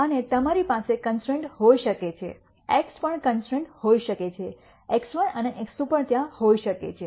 અને તમારી પાસે કન્સ્ટ્રૈન્ટ હોઈ શકે છે x પણ કન્સ્ટ્રૈન્ટ હોઈ શકે છે x1 અને x2 પણ ત્યાં હોઈ શકે છે